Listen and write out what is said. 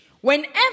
Whenever